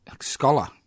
scholar